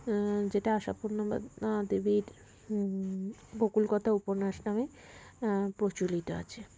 যেটা আশাপুর্ণা দেবীর বকুল কথা উপন্যাস নামে প্রচলিত আছে